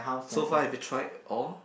so far have you tried all